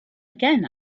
again